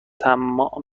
طماع